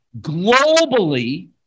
globally